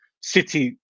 City